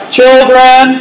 children